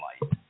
light